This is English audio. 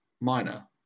minor